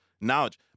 knowledge